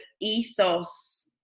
ethos